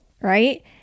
Right